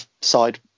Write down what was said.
side